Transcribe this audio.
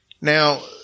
Now